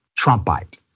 Trumpite